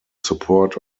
support